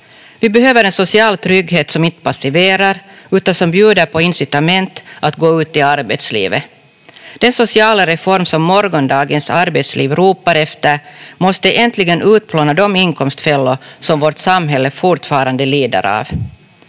Vi behöver en social trygghet som inte passiverar, utan som bjuder på incitament att gå ut i arbetslivet. Den sociala reform som morgondagens arbetsliv ropar efter måste äntligen utplåna de inkomstfällor som vårt samhälle fortfarande lider av.